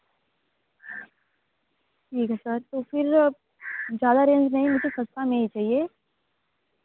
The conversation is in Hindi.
ठीक है सर तो फिर ज़्यादा रेंज नहीं मुझे सस्ता में ही चाहिए